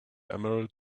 emerald